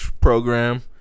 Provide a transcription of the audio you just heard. program